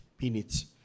minutes